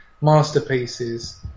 masterpieces